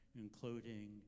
including